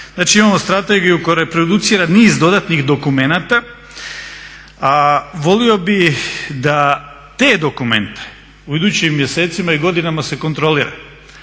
Znači imamo strategiju koja reproducira niz dodatnih dokumenata, a volio bih da te dokumente u idućim mjesecima i godinama se kontrolira,